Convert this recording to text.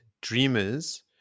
dreamers